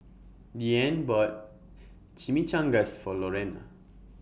Deanne bought Chimichangas For Lorena